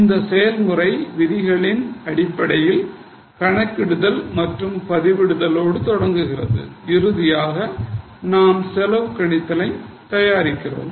இந்த செயல்முறை விதிகளின் அடிப்படையில் கணக்கிடுதல் மற்றும் பதிவிடுதலுடன் தொடங்கும் இறுதியாக நாம் செலவு கணித்தலை தயாரிக்கிறோம்